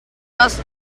just